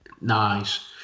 nice